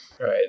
Right